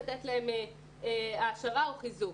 לתת להם העשרה או חיזוק.